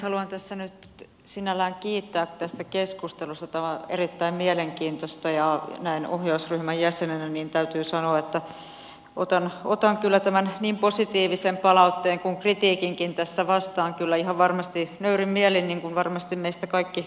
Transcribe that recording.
haluan tässä nyt sinällään kiittää tästä keskustelusta tämä on erittäin mielenkiintoista ja näin ohjausryhmän jäsenenä täytyy sanoa että otan kyllä niin positiivisen palautteen kuin kritiikinkin vastaan ihan varmasti nöyrin mielin niin kuin varmasti me kaikki ohjausryhmän jäsenet